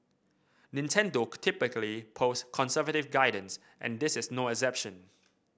Nintendo typically post conservative guidance and this is no exception